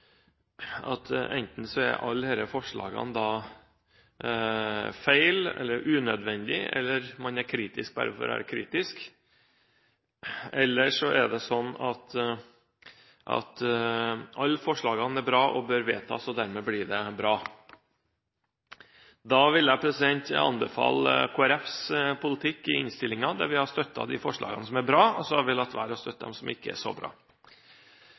forslagene enten er feil eller unødvendige, eller at man er kritisk bare for å være kritisk. Eller så er det sånn at alle forslagene er bra og bør vedtas, for dermed blir det bra. Da vil jeg anbefale Kristelig Folkepartis politikk i innstillingen der vi har støttet de forslagene som er bra, og latt være å støtte de som ikke er så bra.